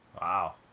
Wow